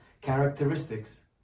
characteristics